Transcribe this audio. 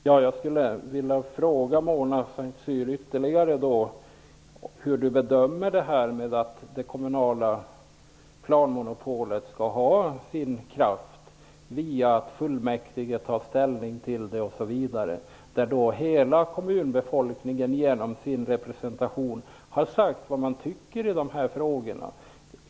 Fru talman! Jag vill ställa ytterligare en fråga till Mona Saint Cyr. Hur bedömer Mona Saint Cyr att det kommunala planmonopolet skall ha sin kraft via att fullmäktige tar ställning? Hela kommunbefolkningen har via den kommunala representationen sagt vad de tycker i dessa frågor.